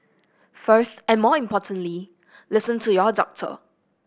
first and more importantly listen to your doctor